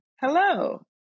Hello